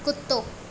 कुत्तो